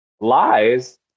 lies